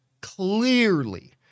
clearly